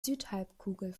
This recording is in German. südhalbkugel